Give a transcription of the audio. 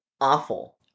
awful